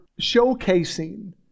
showcasing